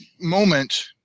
moment